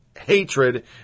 hatred